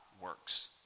works